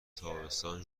تابستان